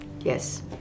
Yes